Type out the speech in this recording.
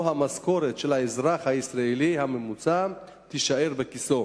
שבו המשכורת של האזרח הישראלי הממוצע תישאר בכיסו.